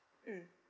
mm